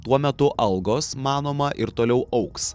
tuo metu algos manoma ir toliau augs